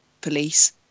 police